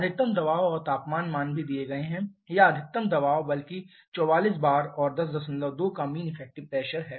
अधिकतम दबाव और तापमान मान भी दिए गए हैं या अधिकतम दबाव बल्कि 44 बार और 102 का मीन इफेक्टिव प्रेशर है